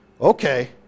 Okay